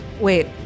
Wait